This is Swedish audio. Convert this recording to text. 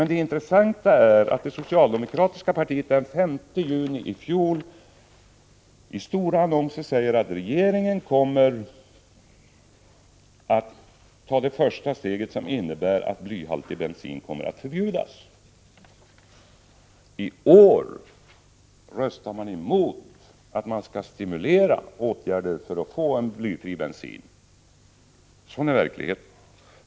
Det intressanta är att det socialdemokratiska partiet den 5 juni i fjol i stora annonser sade att regeringen kommer att ta första steget, som innebär att blyhaltig bensin kommer att förbjudas, men i år röstar man emot att stimulera åtgärder för att få blyfri bensin. Sådan är verkligheten!